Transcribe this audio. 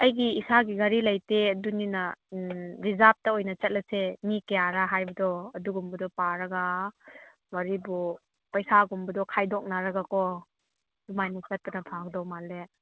ꯑꯩꯒꯤ ꯏꯁꯥꯒꯤ ꯒꯥꯔꯤ ꯂꯩꯇꯦ ꯑꯗꯨꯅ ꯔꯤꯖꯥꯔꯞꯇ ꯑꯣꯏꯅ ꯆꯠꯂꯁꯦ ꯃꯤ ꯀꯌꯥꯔ ꯍꯥꯏꯕꯗꯣ ꯑꯗꯨꯒꯨꯝꯕꯗꯣ ꯄꯥꯔꯒ ꯋꯥꯔꯤꯕꯨ ꯄꯩꯁꯥꯒꯨꯝꯕꯗꯨ ꯈꯥꯏꯗꯣꯛꯅꯔꯒꯀꯣ ꯑꯗꯨꯃꯥꯏꯅ ꯆꯠꯄꯅ ꯐꯒꯗꯧ ꯃꯥꯜꯂꯦ